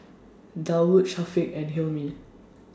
Daud Syafiq and Hilmi